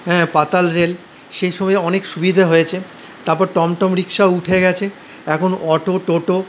হ্যাঁ পাতালরেল সেইসবে অনেক সুবিধা হয়েছে তারপর টমটম রিক্সা উঠে গেছে এখন অটো টোটো